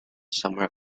somewhere